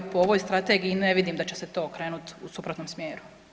Po ovoj Strategiji ne vidim da će se to okrenuti u suprotnom smjeru.